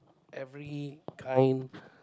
every kind